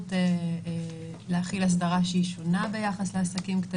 האפשרות להחיל אסדרה שהיא שונה ביחס לעסקים קטנים.